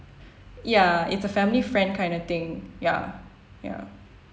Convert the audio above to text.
ya it's a family friend kind of thing ya ya